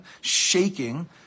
shaking